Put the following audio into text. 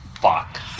fuck